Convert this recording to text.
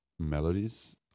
melodies